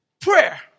Prayer